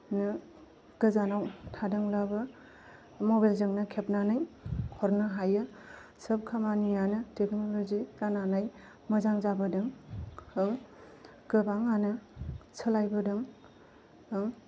नो गोजानाव थादोंब्लाबो मबाइलजोंनो खेबनानै हरनो हायो सोब खामानियानो टेकनलजि जानानै मोजां जाबोदों औ गोबांआनो सोलायबोदों औ